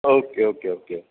okay okay okay